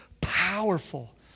powerful